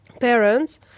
parents